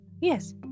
Yes